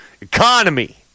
economy